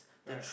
right